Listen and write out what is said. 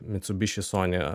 mitsubiši soni